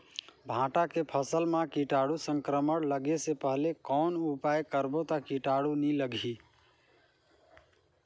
भांटा के फसल मां कीटाणु संक्रमण लगे से पहले कौन उपाय करबो ता कीटाणु नी लगही?